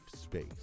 space